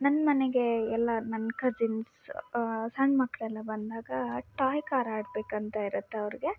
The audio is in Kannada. ನನ್ನ ಮನೆಗೆ ಎಲ್ಲ ನನ್ನ ಕಸಿನ್ಸ್ ಸಣ್ಣ ಮಕ್ಕಳೆಲ್ಲ ಬಂದಾಗ ಟಾಯ್ ಕಾರ್ ಆಡಬೇಕಂತ ಇರುತ್ತೆ ಅವ್ರಿಗೆ